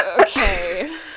okay